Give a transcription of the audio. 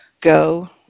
go